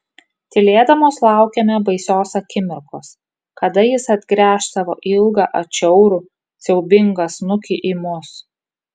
tylėdamos laukėme baisios akimirkos kada jis atgręš savo ilgą atšiaurų siaubingą snukį į mus